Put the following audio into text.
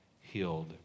healed